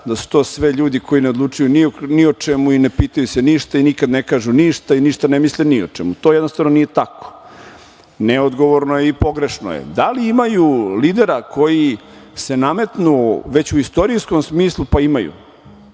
da su to sve ljudi koji ne odlučuju ni o čemu, ne pitaju se ništa, nikada ne kažu ništa i ništa ne misle ni o čemu. To jednostavno nije tako. Neodgovorno je i pogrešno je. Da li imaju lidera koji se nametnuo već u istorijskom smislu? Pa, imaju.